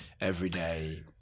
everyday